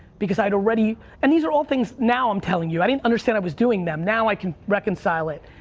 because i had already, and these are all things now i'm telling you. i didn't understand i was doing them. now, i can reconcile it.